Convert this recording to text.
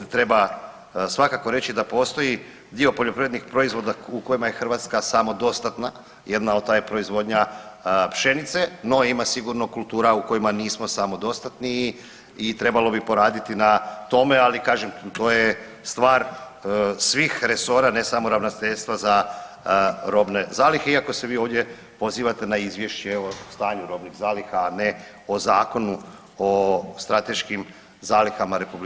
Treba svakako reći da postoji dio poljoprivrednih proizvoda u kojima je Hrvatska samodostatna, jedna od ta je proizvodnja pšenice, no ima sigurno kultura u kojima nismo samodostatni i, i trebalo bi poraditi na tome, ali kažem to je stvar svih resora ne samo ravnateljstva za robne zalihe iako se vi ovdje pozivate na izvješće o stanju robnih zaliha, a ne o Zakonu o strateškim zalihama RH.